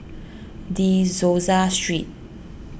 De Souza Street